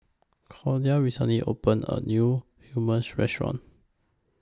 Claudia recently opened A New Hummus Restaurant